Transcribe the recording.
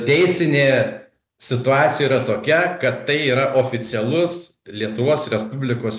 teisinė situacija yra tokia kad tai yra oficialus lietuvos respublikos